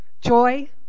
Joy